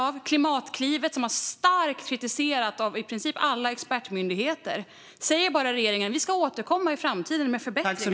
När det gäller Klimatklivet, som var starkt kritiserat av i princip alla expertmyndigheter, säger regeringen bara: Vi ska återkomma i framtiden med förbättringar.